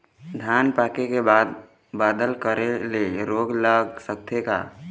धान पाके के बाद बादल करे ले रोग लग सकथे का?